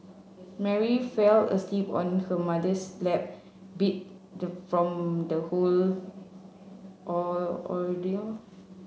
Mary fell asleep on her mother's lap beat the from the whole ordeal